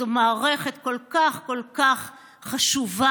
זו מערכת כל כך כל כך חשובה,